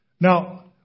Now